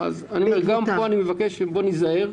גם כאן אני מבקש שניזהר.